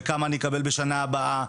כמה אני אקבל בשנה הבאה,